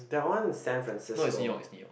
that one San Francisco